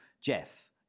jeff